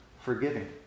forgiving